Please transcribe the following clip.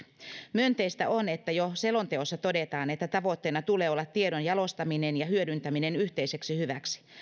myönteistä on että jo selonteossa todetaan että tavoitteena tulee olla tiedon jalostaminen ja hyödyntäminen yhteiseksi hyväksi